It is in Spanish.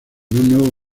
nuevo